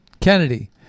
Kennedy